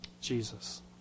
Jesus